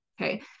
Okay